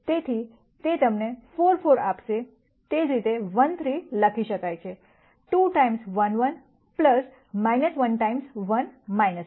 તેથી તે તમને 4 4 આપશે તે જ રીતે 1 3 લખી શકાય છે 2 ટાઈમ્સ 1 1 1 ટાઈમ્સ 1 1